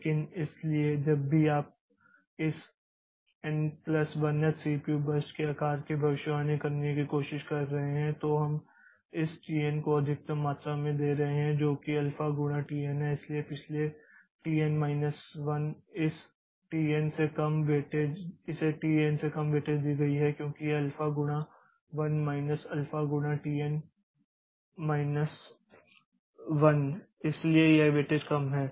लेकिन इसलिए जब भी आप इस n plus 1thn1th CPU burst के आकार की भविष्यवाणी करने की कोशिश कर रहे हैं तो हम इस tn को अधिकतम मात्रा दे रहे हैं जो कि अल्फा गुणा tn है लेकिन पिछले t n माइनस 1 इसे tn से कम वेटेज दी गई है क्योंकि यह अल्फा गुणा 1 माइनस अल्फा गुणा t n माइनस 1 इसलिए यह वेटेज कम है